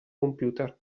computer